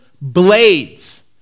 blades